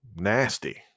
nasty